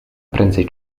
prędzej